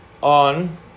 on